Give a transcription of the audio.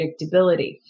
predictability